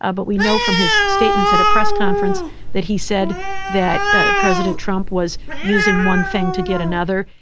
ah but we know from his statements at a press conference that he said that president trump was using one thing to get another.